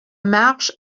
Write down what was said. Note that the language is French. marge